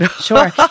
Sure